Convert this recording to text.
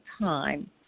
time